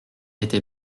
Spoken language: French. été